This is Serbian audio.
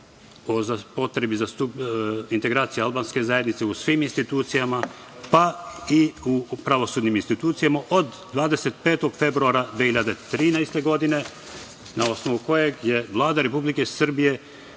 o potrebi integracije albanske zajednice u svim institucijama, pa i u pravosudnim institucijama od 25. februara 2013. godine na osnovu kojeg je Vlada Republike Srbije